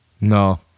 No